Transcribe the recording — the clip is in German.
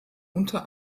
unter